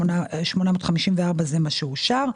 694,854,000. זה מה שאושר.